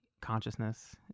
consciousness